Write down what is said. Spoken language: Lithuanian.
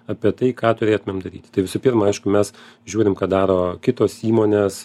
apie tai ką turėtumėm daryti tai visų pirma aišku mes žiūrim ką daro kitos įmonės